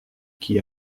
qui